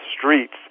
streets